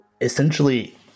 essentially